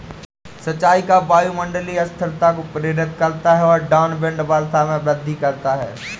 सिंचाई का वायुमंडलीय अस्थिरता को प्रेरित करता है और डाउनविंड वर्षा में वृद्धि करता है